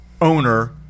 owner